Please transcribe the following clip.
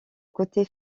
côté